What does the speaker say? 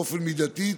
באופן מידתי,